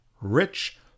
rich